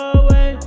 away